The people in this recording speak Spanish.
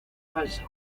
falso